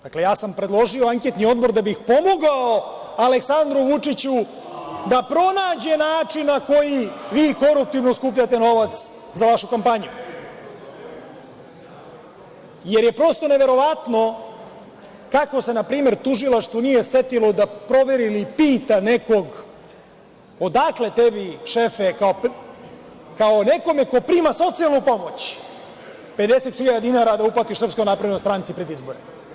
Dakle, ja sam predložio anketni odbor da bih pomogao Aleksandru Vučiću, da pronađe način na koji vi koruptivno skupljate novac za vašu kampanju, jer je prosto neverovatno kako se npr. tužilaštvu nije setilo da proveri ili pita nekog odakle tebi šefe kao nekome ko prima socijalnu pomoć 50.000 dinara, da uplati SNS pred izbore?